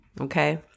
okay